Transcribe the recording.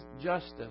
justice